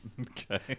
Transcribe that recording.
Okay